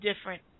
different